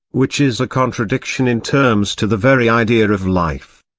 which is a contradiction in terms to the very idea of life.